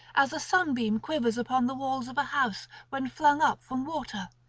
as a sunbeam quivers upon the walls of a house when flung up from water,